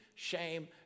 shame